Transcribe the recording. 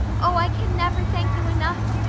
oh, i can never thank you enough.